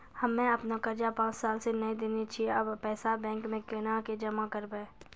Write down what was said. हम्मे आपन कर्जा पांच साल से न देने छी अब पैसा बैंक मे कोना के जमा करबै?